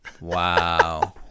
wow